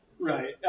right